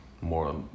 more